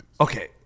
Okay